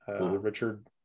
Richard